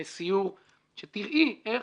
אני מזמין אותך לסיור כדי שתראי איך